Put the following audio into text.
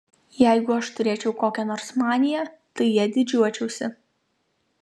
jeigu aš turėčiau kokią nors maniją tai ja didžiuočiausi